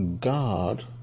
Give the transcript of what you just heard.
God